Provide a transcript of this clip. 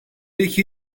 iki